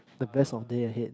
the best of day ahead